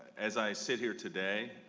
as i sit here today,